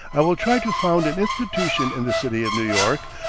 i will try to found an institution in the city of new york,